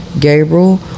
Gabriel